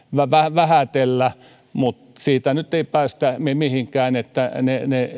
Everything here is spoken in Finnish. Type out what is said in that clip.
vähätellä mutta siitä nyt ei päästä mihinkään että ne ne